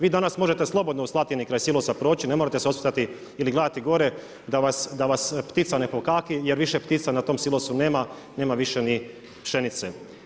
Vi danas, možete slobodno u Slatini kraj silosa proći, ne morate se osvrnuti ili gledati gore da vas ptica ne pokaki, jer više ptica na tom silosu nema, nema više ni pšenice.